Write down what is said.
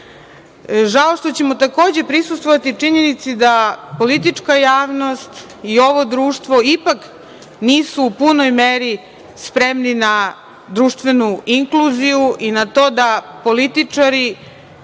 40% žena, takođe prisustvovati činjenici da politička javnost i ovo društvo ipak nisu u punoj meri spremni na društvenu inkluziju i na to da političari